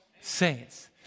saints